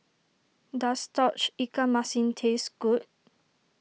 does Tauge Ikan Masin taste good